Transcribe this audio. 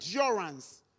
endurance